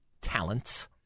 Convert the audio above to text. talents